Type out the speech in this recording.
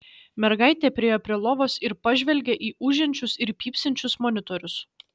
mergaitė priėjo prie lovos ir pažvelgė į ūžiančius ir pypsinčius monitorius